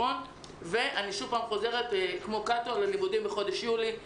אני שוב פעם חוזרת כמו קאטו על כך שצריכים להיות לימודים בחודש יולי.